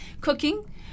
cooking